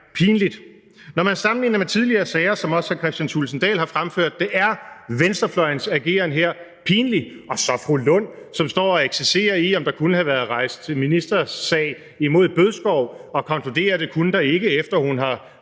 pinligt. Når man sammenligner med tidligere sager, som også hr. Kristian Thulesen Dahl har fremført det, så er venstrefløjens ageren her pinlig. Og så står fru Rosa Lund og eksercerer i, om der kunne have været rejst rigsretssag mod Morten Bødskov, og konkluderer, at det kunne der ikke, efter at hun har